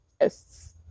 yes